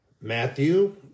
Matthew